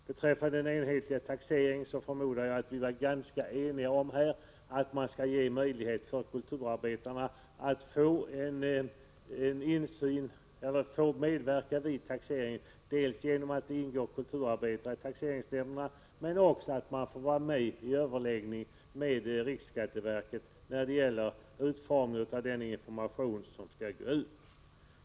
Beträffande den enhetliga taxeringen förmodar jag att vi är ganska eniga om att man skall ge möjlighet för kulturarbetarna att medverka vid taxeringen, dels genom att det ingår kulturarbetare i taxeringsnämnderna, dels genom att man får vara med i överläggningar med riksskatteverket när det gäller utformningen av den information som skall gå ut.